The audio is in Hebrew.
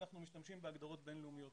אנחנו משתמשים בהגדרות בין-לאומיות,